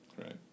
right